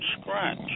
scratch